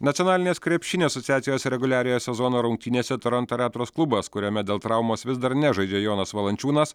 nacionalinės krepšinio asociacijos reguliariojo sezono rungtynėse toronto raptors klubas kuriame dėl traumos vis dar nežaidžia jonas valančiūnas